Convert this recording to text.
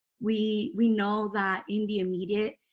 we we know that in the immediate,